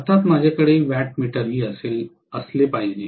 अर्थात माझ्याकडे वॅटमीटरही असले पाहिजे